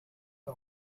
the